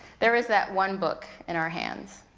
there is that one book in our hands.